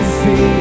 see